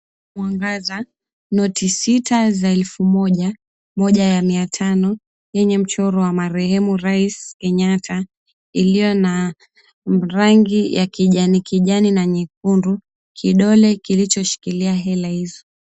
Mwangaza, noti sita za elfu moja, moja ya mia tano yenye mchoro ya marehemu Rais Kenyatta iliyo na rangi ya kijani kijani, nyekundu, kidole kilichoshikilia hela hizo.